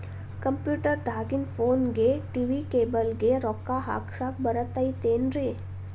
Computer ದಾಗಿಂದ್ ಫೋನ್ಗೆ, TV cable ಗೆ, ರೊಕ್ಕಾ ಹಾಕಸಾಕ್ ಬರತೈತೇನ್ರೇ?